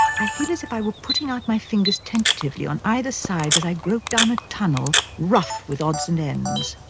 i feel as if i were putting out my fingers tentatively on either side as i grope down a tunnel rough with odds and ends.